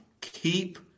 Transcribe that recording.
keep